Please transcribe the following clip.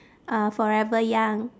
uh forever young